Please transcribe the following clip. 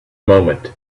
moment